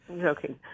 joking